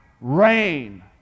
rain